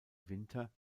winter